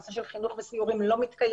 הנושא של חינוך וסיורים לא מתקיים,